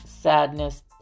sadness